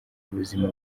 ubuzima